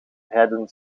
rijden